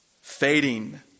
fading